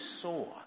saw